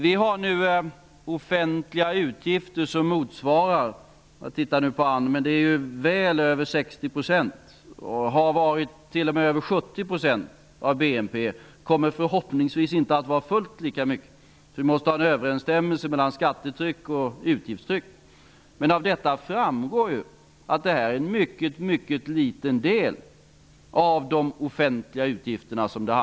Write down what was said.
Vi har nu offentliga utgifter som motsvarar väl över 60 % och t.o.m. har varit över 70 % av BNP. Dessa utgifter kommer förhoppningsvis inte att vara fullt så stora. Vi måste ha en överensstämmelse mellan skattetryck och utgiftstryck. Av detta framgår att det handlar om en mycket liten del av de offentliga utgifterna.